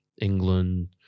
England